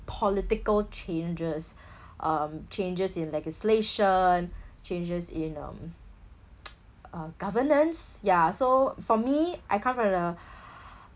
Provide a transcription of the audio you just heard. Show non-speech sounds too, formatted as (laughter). political changes (breath) um changes in legislation changes in um (noise) uh governance ya so for me I come from the (breath)